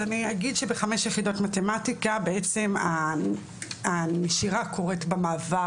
בחמש יחידות מתמטיקה הנשירה קורית במעבר